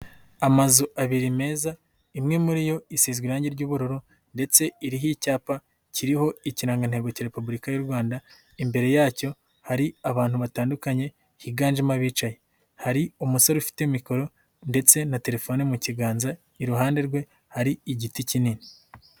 Amazu abiri meza imwe muri yo isize irangi ry'ubururu ndetse iriho icyapa kiriho ikirangantego cya repubulika y'u Rwanda, imbere yacyo hari abantu batandukanye higanjemo abicaye, hari umusore ufite mikoro ndetse na telefone mu kiganza iruhande rwe hari igiti kinini.